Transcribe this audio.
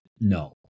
No